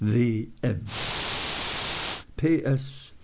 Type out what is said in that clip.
w m p s